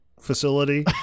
facility